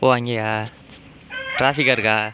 ஓ அங்கேயா ட்ராஃபிக்காக இருக்கா